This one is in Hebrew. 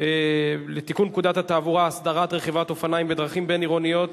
לתיקון פקודת התעבורה (הסדרת רכיבת אופניים בדרכים בין-עירוניות),